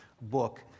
book